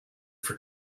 for